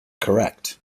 correct